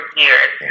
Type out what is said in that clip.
years